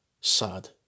sad